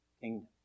kingdom